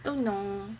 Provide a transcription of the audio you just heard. don't know